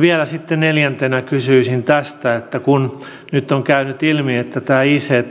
vielä sitten neljäntenä kysyisin tästä kun nyt on käynyt ilmi että ict